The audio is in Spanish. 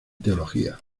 teología